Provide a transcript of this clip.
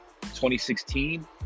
2016